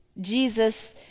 Jesus